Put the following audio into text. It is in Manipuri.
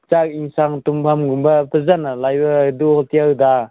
ꯆꯥꯛ ꯑꯦꯟꯁꯥꯡ ꯇꯨꯝꯕꯝꯒꯨꯝꯕ ꯐꯖꯅ ꯂꯩꯕ ꯑꯗꯨ ꯍꯣꯇꯦꯜꯗ